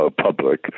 public